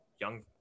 young